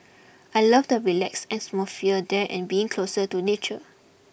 I love the relaxed atmosphere there and being closer to nature